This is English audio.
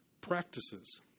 practices